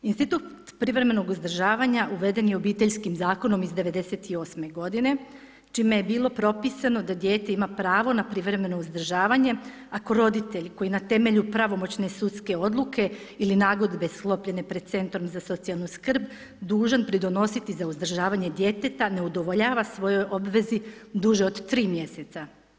Institut privremenog uzdržavanja uveden je Obiteljskim zakonom iz '98. godine čime je bilo propisano da dijete ima pravo na privremeno uzdržavanje ako roditelj koji na temelju pravomoćne sudske odluke ili nagodbe sklopljene pred centrom za socijalnu skrb dužan pridonositi za uzdržavanje djeteta ne udovoljava svojoj obvezi duže od tri mjeseca.